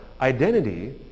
identity